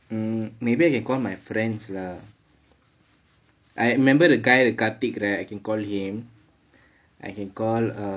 um maybe I can call my friends lah I remember the guy karthik right I can call him I can call err